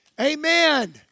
Amen